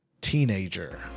Teenager